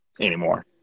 anymore